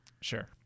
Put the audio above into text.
Sure